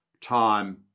Time